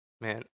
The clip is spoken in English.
Man